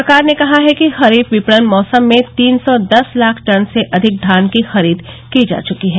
सरकार ने कहा है कि खरीफ विपणन मौसम में तीन सौ दस लाख टन से अधिक धान की खरीद की जा चुकी है